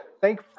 thank